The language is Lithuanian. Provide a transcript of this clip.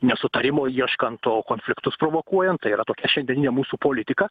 nesutarimo ieškant to konfliktus provokuojant tai yra tokia šiandieninė mūsų politika